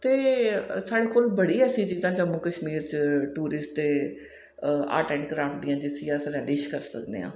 ते साढ़े कोल बड़ियां ऐसियां चीजां जम्मू कश्मीर च टूरिस्ट ते आर्ट एंड क्राफट दियां जिस्सी अस नरिश करी सकनेआं